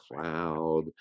cloud